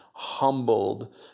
humbled